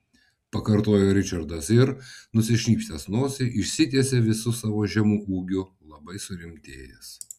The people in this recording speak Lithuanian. pakartojo ričardas ir nusišnypštęs nosį išsitiesė visu savo žemu ūgiu labai surimtėjęs